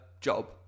job